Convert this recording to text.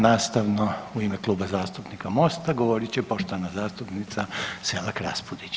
Nastavno u ime Kluba zastupnika Mosta govorit će poštovana zastupnica Selak Raspudić.